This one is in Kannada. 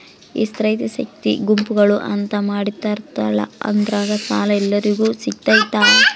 ಈ ಸ್ತ್ರೇ ಶಕ್ತಿ ಗುಂಪುಗಳು ಅಂತ ಮಾಡಿರ್ತಾರಂತಲ ಅದ್ರಾಗ ಸಾಲ ಎಲ್ಲರಿಗೂ ಸಿಗತೈತಾ?